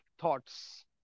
thoughts